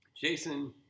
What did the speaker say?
Jason